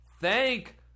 Thank